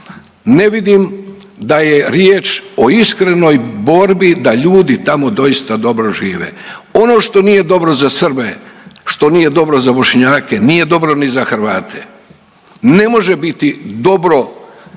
Ne vidim da je riječ o iskrenoj borbi da ljudi tamo doista dobro žive. Ono što nije dobro za Srbe, što nije dobro za Bošnjake, nije dobro ni za Hrvate. Ne može biti dobro,